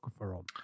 on